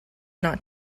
not